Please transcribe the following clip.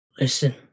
Listen